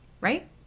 right